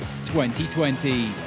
2020